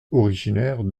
originaire